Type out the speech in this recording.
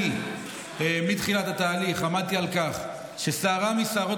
אני מתחילת התהליך עמדתי על כך ששערה משערות